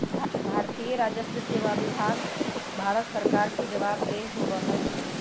भारतीय राजस्व सेवा विभाग भारत सरकार के जवाबदेह होबा हई